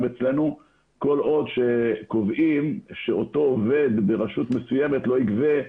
אצלנו כל עוד שקובעים שאותו עובד ברשות מסוימת לא יגבה,